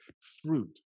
fruit